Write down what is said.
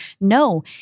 No